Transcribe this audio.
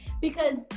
Because-